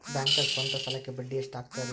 ಬ್ಯಾಂಕ್ದಾಗ ಸ್ವಂತ ಸಾಲಕ್ಕೆ ಬಡ್ಡಿ ಎಷ್ಟ್ ಹಕ್ತಾರಿ?